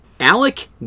Alec